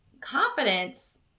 Confidence